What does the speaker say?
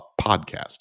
podcast